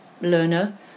learner